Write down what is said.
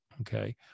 okay